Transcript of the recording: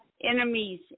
Enemies